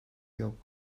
yok